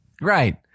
Right